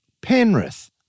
Penrith